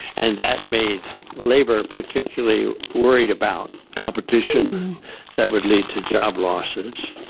and that made labour particularly worried about competition that would lead to job losses,